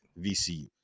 VCU